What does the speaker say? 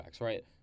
right